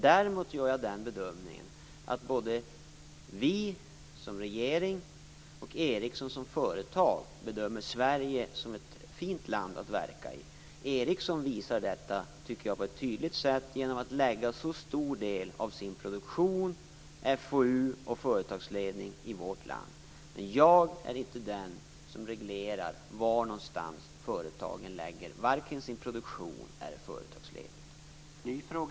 Däremot gör jag bedömningen att både vi som regering och Ericsson som företag bedömer Sverige som ett fint land att verka i. Ericsson visar detta, tycker jag, på ett tydligt sätt genom att lägga så stor del av sin produktion, fou och företagsledning i vårt land. Jag är inte den som reglerar var företaget lägger vare sig sin produktion eller sin företagsledning.